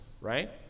right